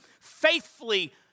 faithfully